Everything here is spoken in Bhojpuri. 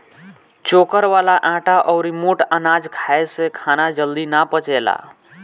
चोकर वाला आटा अउरी मोट अनाज खाए से खाना जल्दी ना पचेला